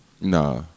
Nah